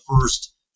first